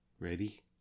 Ready